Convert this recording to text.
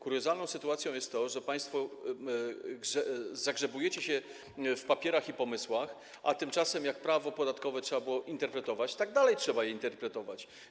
Kuriozalne jest to, że państwo zagrzebujecie się w papierach i pomysłach, a tymczasem jak prawo podatkowe trzeba było interpretować, tak dalej trzeba je interpretować.